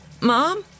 Mom